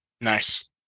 Nice